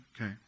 okay